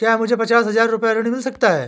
क्या मुझे पचास हजार रूपए ऋण मिल सकता है?